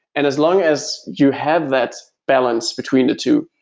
and as long as you have that balance between the two,